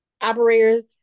operators